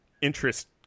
interest